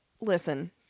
listen